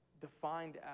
defined